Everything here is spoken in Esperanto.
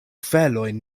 felojn